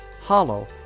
hollow